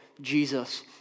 Jesus